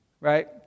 right